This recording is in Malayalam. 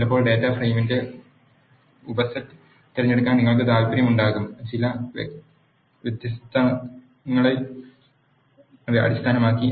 ചിലപ്പോൾ ഡാറ്റാ ഫ്രെയിമിന്റെ ഉപസെറ്റ് തിരഞ്ഞെടുക്കാൻ നിങ്ങൾക്ക് താൽപ്പര്യമുണ്ടാകും ചില വ്യവസ്ഥകളെ അടിസ്ഥാനമാക്കി